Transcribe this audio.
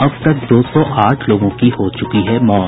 अब तक दो सौ आठ लोगों की हो चुकी है मौत